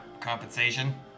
Compensation